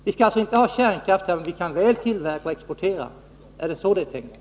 Vi skall alltså inte ha kärnkraft här, men vi kan väl tillverka och exportera — är det så det är tänkt?